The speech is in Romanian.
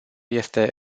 este